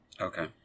Okay